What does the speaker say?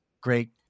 great